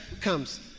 comes